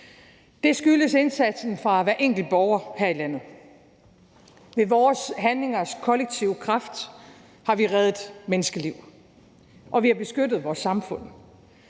Det skyldes indsatsen fra hver enkelt borger her i landet. Ved vores handlingers kollektive kraft har vi reddet menneskeliv, og vi har beskyttet vores samfund.